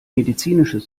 medizinisches